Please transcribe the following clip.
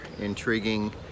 intriguing